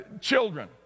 children